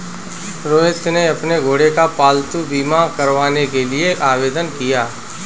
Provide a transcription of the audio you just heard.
रोहित ने अपने घोड़े का पालतू बीमा करवाने के लिए आवेदन किया